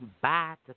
bye